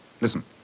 Listen